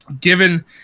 given